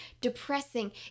depressing